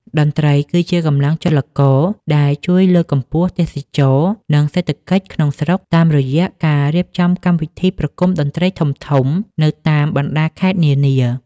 តន្ត្រីគឺជាកម្លាំងចលករដែលជួយលើកកម្ពស់ទេសចរណ៍ និងសេដ្ឋកិច្ចក្នុងស្រុកតាមរយៈការរៀបចំកម្មវិធីប្រគំតន្ត្រីធំៗនៅតាមបណ្តាខេត្តនានា។